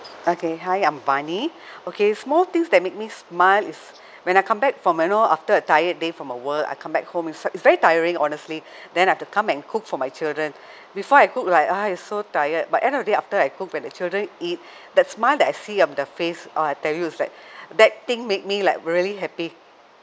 okay hi I'm vani okay small things that make me smile is when I come back from you know after a tired day from a work I come back home it's it's very tiring honestly then I've to come and cook for my children before I cook like !aiya! so tired but end of the day after I cooked when the children eat that smile that I see of the face !aww! I tell you is like that thing make me like really happy